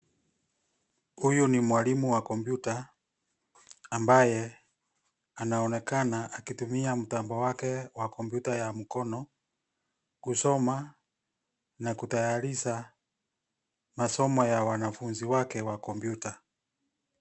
Huyu ni mwalimu wa kompyuta ambaye anaonekana akitumia mtambo wake wa kompyuta ya mkono kusoma na kutayarisha masomo ya wanafunzi wake wa kompyuta.